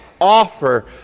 offer